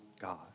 God